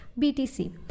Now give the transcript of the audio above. BTC